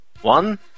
One